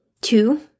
Two